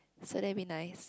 yesterday it'll be nice